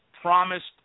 promised